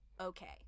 Okay